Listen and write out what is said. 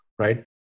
Right